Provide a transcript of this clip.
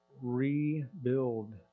rebuild